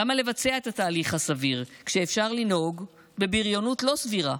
למה לבצע את התהליך הסביר כשאפשר לנהוג בבריונות לא סבירה?